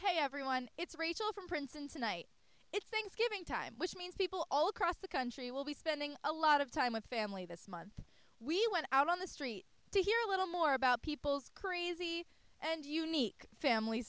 hey everyone it's retail for instance tonight it's thanksgiving time which means people all across the country will be spending a lot of time with family this month we went out on the street to hear a little more about people's crazy and unique family